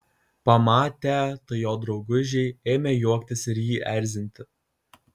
pamatę tai jo draugužiai ėmė juoktis ir jį erzinti